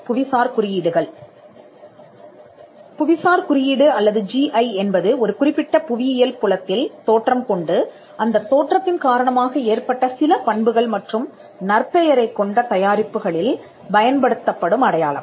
புவிசார் குறியீடு அல்லது ஜிஐ என்பது ஒரு குறிப்பிட்ட புவியியல் புலத்தில் தோற்றம் கொண்டு அந்தத் தோற்றத்தின் காரணமாக ஏற்பட்ட சில பண்புகள் மற்றும் நற்பெயரைக் கொண்ட தயாரிப்புகளில் பயன்படுத்தப்படும் அடையாளம்